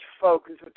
focus